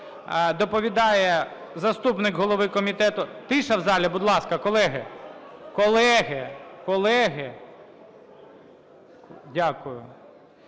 Доповідає заступник голови комітету. Тиша в залі, будь ласка, колеги! Колеги, колеги,